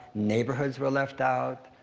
neighborhoods were left out.